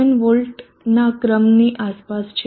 7 વોલ્ટનાં ક્રમની આસપાસ છે